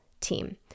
team